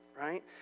Right